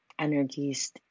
energies